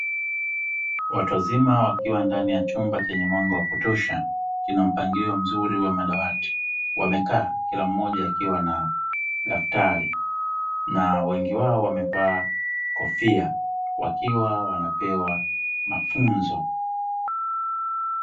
Watazima wakiwa ndani ya chumba chenye mwanga wa kutosha kina mpangilio mzuri wa madawati, wamekaa kila mmoja akiwa na daftari na wengi wao wamevaa kofia wakiwa wanapewa mafunzo.